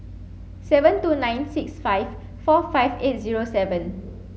seven two nine six five four five eight zero seven